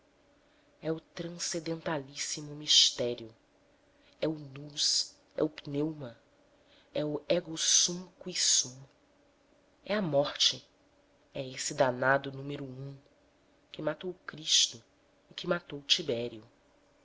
é o transcendentalíssimo mistério é o nous é o pneuma é o ego sum qui sum é a morte é esse danado número um que matou cristo e que matou tibério